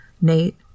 Nate